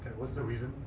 what's the reason